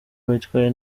witwaye